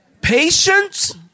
Patience